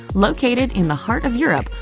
located in the heart of europe,